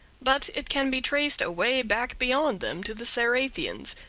but it can be traced away back beyond them to the cerathians,